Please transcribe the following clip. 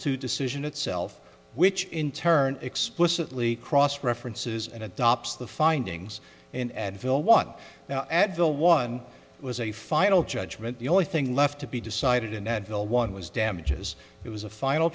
to decision itself which in turn explicitly cross references and adopts the findings in advil one advil one was a final judgment the only thing left to be decided in advil one was damages it was a final